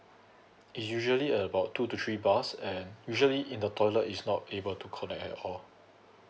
it's usually about two to three bars and usually in the toilet it's not able to connect at all